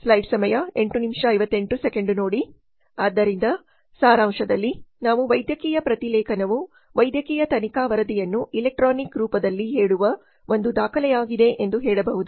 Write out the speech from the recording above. ಆದ್ದರಿಂದ ಸಾರಾಂಶದಲ್ಲಿ ನಾವು ವೈದ್ಯಕೀಯ ಪ್ರತಿಲೇಖನವು ವೈದ್ಯಕೀಯ ತನಿಖಾ ವರದಿಯನ್ನು ಎಲೆಕ್ಟ್ರಾನಿಕ್ ರೂಪದಲ್ಲಿ ಹೇಳುವ ಒಂದು ದಾಖಲೆಯಾಗಿದೆ ಎಂದು ಹೇಳಬಹುದು